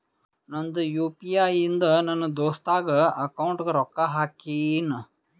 ನಂದ್ U P I ಇಂದ ನನ್ ದೋಸ್ತಾಗ್ ಅಕೌಂಟ್ಗ ರೊಕ್ಕಾ ಹಾಕಿನ್